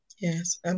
Yes